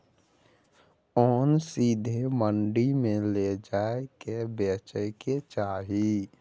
ओन सीधे मंडी मे लए जाए कय बेचे के चाही